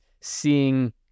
seeing